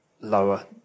lower